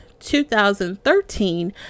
2013